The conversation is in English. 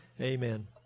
Amen